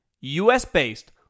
US-based